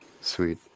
Sweet